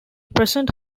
present